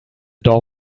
door